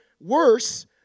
worse